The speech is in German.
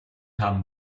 haben